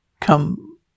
come